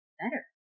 better